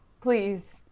please